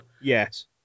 Yes